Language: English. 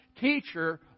Teacher